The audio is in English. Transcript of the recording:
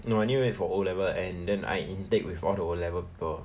no I need wait for O level end then I intake with all the O level people